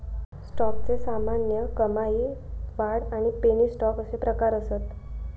स्टॉकचे सामान्य, कमाई, वाढ आणि पेनी स्टॉक अशे प्रकार असत